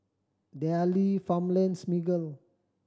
Darlie Farmlands Miggle